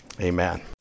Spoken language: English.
amen